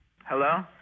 Hello